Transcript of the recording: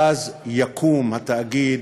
ואז יקום התאגיד,